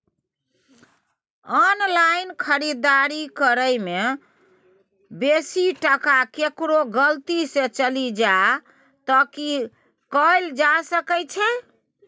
Online खरीददारी करै में बेसी टका केकरो गलती से चलि जा त की कैल जा सकै छै?